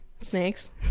Snakes